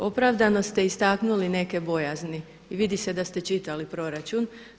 Opravdano ste istaknuli neke bojazni i vidi se da ste čitali proračun.